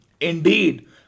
indeed